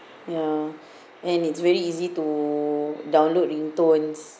ya and it's very easy to download ringtones